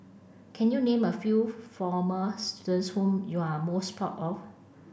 can you name a few former students whom you are most proud of